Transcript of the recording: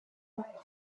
warbler